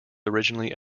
originally